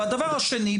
והדבר השני,